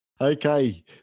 okay